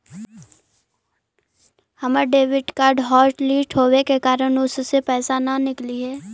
हमर debit card hotlist होवे के कारण उससे पैसे न निकलई हे